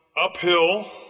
Uphill